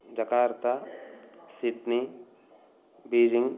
Jakarta Sydney Beijing